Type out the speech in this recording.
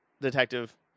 detective